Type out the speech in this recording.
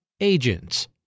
Agents